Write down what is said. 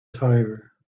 tire